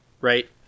Right